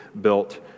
built